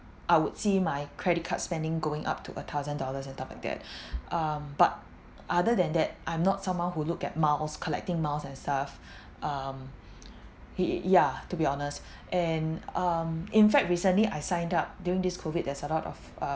I would see my credit card spending going up to a thousand dollars end up like that um but other than that I'm not someone who look at miles collecting miles and stuff um he~ ya to be honest and um in fact recently I signed up during this COVID there's a lot of uh